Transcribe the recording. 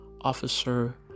officer